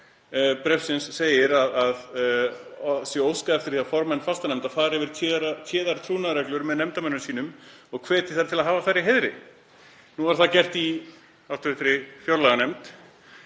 bréfsins segir að óskað sé eftir því að formenn fastanefnda fari yfir téðar trúnaðarreglur með nefndarmönnum sínum og hvetji þá til að hafa þær í heiðri. Það var gert í hv. fjárlaganefnd